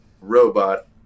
robot